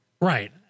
Right